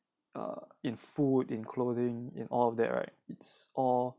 err in food in clothing in all of that right it's all